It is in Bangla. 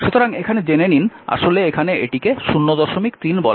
সুতরাং এখানে জেনে নিন আসলে এখানে এটিকে 03 বলা উচিত